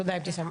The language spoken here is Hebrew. תודה, אבתיסאם.